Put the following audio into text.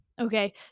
okay